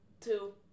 two